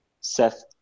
Seth